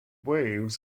waves